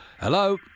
Hello